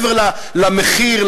מעבר למחיר,